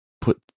put